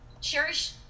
cherish